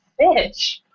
bitch